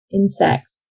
insects